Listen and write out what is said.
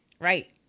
Right